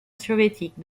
soviétique